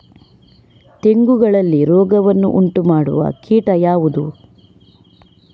ತೆಂಗುಗಳಲ್ಲಿ ರೋಗವನ್ನು ಉಂಟುಮಾಡುವ ಕೀಟ ಯಾವುದು?